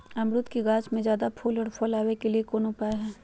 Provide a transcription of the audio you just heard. अमरूद के गाछ में ज्यादा फुल और फल आबे के लिए कौन उपाय है?